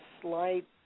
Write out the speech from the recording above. slight